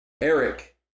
Eric